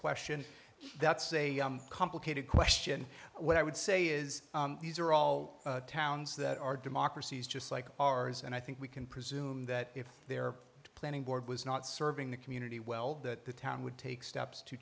question that's a complicated question what i would say is these are all towns that are democracies just like ours and i think we can presume that if they're planning board was not serving the community well that the town would take steps to